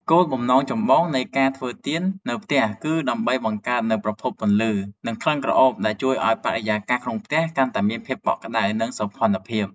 គោលបំណងចម្បងនៃការធ្វើទៀននៅផ្ទះគឺដើម្បីបង្កើតនូវប្រភពពន្លឺ និងក្លិនក្រអូបដែលជួយឱ្យបរិយាកាសក្នុងផ្ទះកាន់តែមានភាពកក់ក្ដៅ និងមានសោភ័ណភាព។